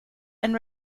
and